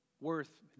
worth